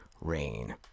Rain